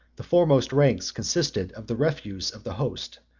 the foremost ranks consisted of the refuse of the host,